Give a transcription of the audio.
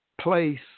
place